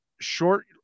short